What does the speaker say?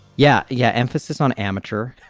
yeah. yeah emphasis on amateur.